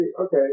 okay